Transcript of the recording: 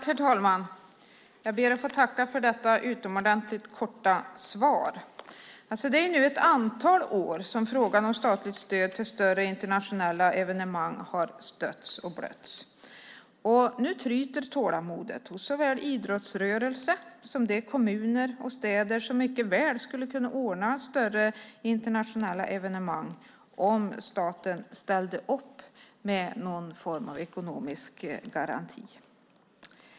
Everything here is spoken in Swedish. Herr talman! Jag ber att få tacka för detta utomordentligt korta svar. Det är ett antal år som frågan om statligt stöd till större internationella evenemang har stötts och blötts. Nu tryter tålamodet hos såväl idrottsrörelsen som de kommuner och städer som mycket väl skulle kunna ordna större internationella evenemang om staten ställde upp med någon form av ekonomisk garanti.